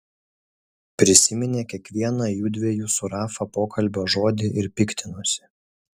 prisiminė kiekvieną jųdviejų su rafa pokalbio žodį ir piktinosi